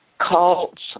cults